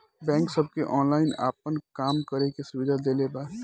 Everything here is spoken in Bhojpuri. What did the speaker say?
बैक सबके ऑनलाइन आपन काम करे के सुविधा देले बा